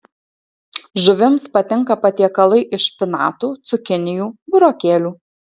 žuvims patinka patiekalai iš špinatų cukinijų burokėlių